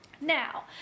now